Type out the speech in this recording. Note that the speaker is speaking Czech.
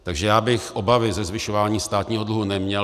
Takže já bych obavy ze zvyšování státního dluhu neměl.